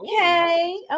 okay